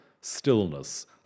stillness